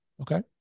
Okay